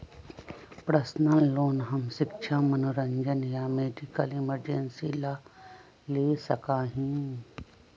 personal loan हम शिक्षा मनोरंजन या मेडिकल इमरजेंसी ला ले सका ही